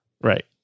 Right